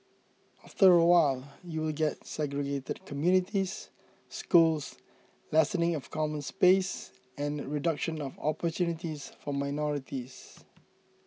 after a while you will get segregated communities schools lessening of common space and reduction of opportunities for minorities